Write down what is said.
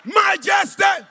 majesty